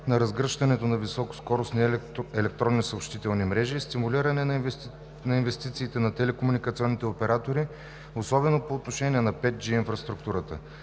на разгръщането на високоскоростни електронни съобщителни мрежи и стимулиране на инвестициите на телекомуникационните оператори особено по отношение на 5G инфраструктурата.